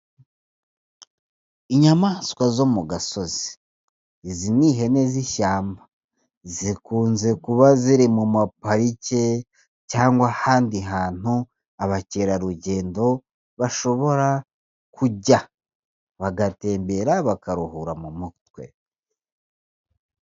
Inyamaswa zo mu gasozi, izi ni ihene z'ishyamba, zikunze kuba ziri mu maparike cyangwa ahandi hantu abakerarugendo bashobora kujya, bagatembera bakaruhura mu mutwe.